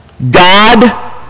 God